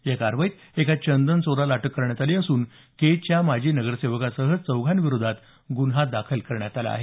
या कारवाईत एका चंदनचोरास अटक करण्यात आली असून केजच्या माजी नगरसेवकासह चौघाविरुद्ध गुन्हा दाखल करण्यात आला आहे